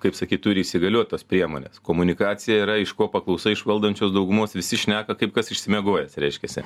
kaip sakyt turi įsigaliot tos priemonės komunikacija yra iš ko paklausai iš valdančios daugumos visi šneka kaip kas išsimiegojęs reiškiasi